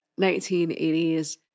1980s